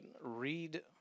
read